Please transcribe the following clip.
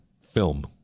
film